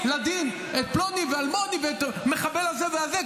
לדין את פלוני ואלמוני ואת המחבל הזה והזה,